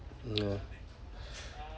ya